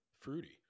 Fruity